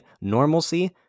normalcy